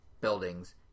buildings